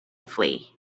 flee